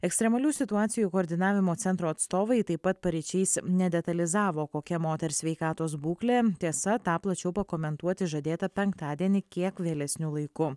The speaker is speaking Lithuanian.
ekstremalių situacijų koordinavimo centro atstovai taip pat paryčiais nedetalizavo kokia moters sveikatos būklė tiesa tą plačiau pakomentuoti žadėta penktadienį kiek vėlesniu laiku